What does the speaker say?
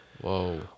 Whoa